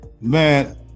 man